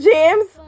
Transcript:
James